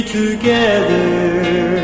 together